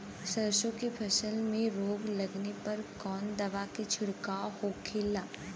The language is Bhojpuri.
सरसों की फसल में रोग लगने पर कौन दवा के छिड़काव होखेला?